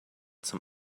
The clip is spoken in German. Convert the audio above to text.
zum